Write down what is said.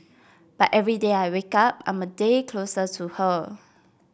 but every day I wake up I'm a day closer to her